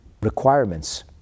requirements